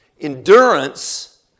Endurance